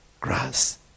grass